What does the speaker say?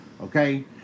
okay